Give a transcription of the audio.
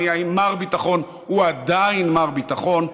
האם מר ביטחון הוא עדיין מר ביטחון.